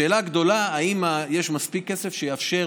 השאלה הגדולה: האם יש מספיק כסף שיאפשר